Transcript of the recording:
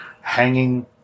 hanging